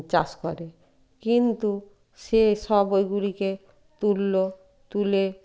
চাষ করে কিন্তু সে সব ওইগুলিকে তুললো তুলে